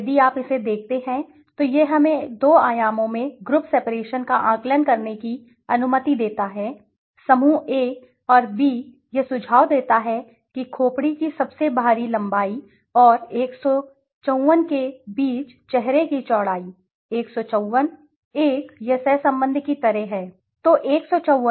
यदि आप इसे देखते हैं तो यह हमें दो आयामों में ग्रुप सेपरेशन का आकलन करने की अनुमति देता है समूह ए और बी यह सुझाव देता है कि खोपड़ी की सबसे बाहरी लंबाई और 154 के बीच चेहरे की चौड़ाई 154 1 यह सहसंबंध की तरह है इसलिए सहसंबंध